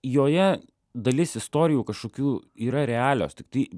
joje dalis istorijų kažkokių yra realios tiktai